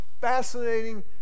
fascinating